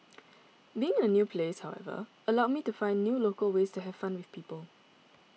being in a new place however allowed me to find new local ways to have fun with people